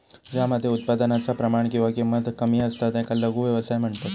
ज्या मध्ये उत्पादनाचा प्रमाण किंवा किंमत कमी असता त्याका लघु व्यवसाय म्हणतत